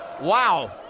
wow